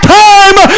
time